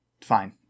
fine